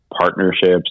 partnerships